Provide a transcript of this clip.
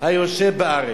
לפי ש"ס.